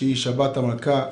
שבת המלכה,